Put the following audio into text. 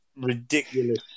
ridiculous